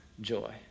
joy